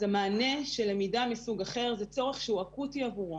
אז המענה של למידה מסוג אחר זה צורך שהוא אקוטי עבורו.